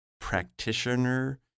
practitioner